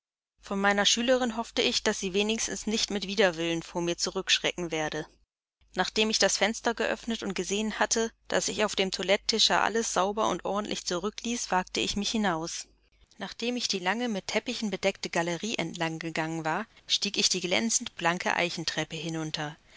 von meiner schülerin hoffte ich daß sie wenigstens nicht mit widerwillen vor mir zurückschrecken werde nachdem ich das fenster geöffnet und gesehen hatte daß ich auf dem toiletttische alles sauber und ordentlich zurückließ wagte ich mich hinaus nachdem ich die lange mit teppichen bedeckte galerie entlang gegangen war stieg ich die glänzend blanke eichentreppe hinunter